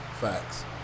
facts